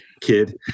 kid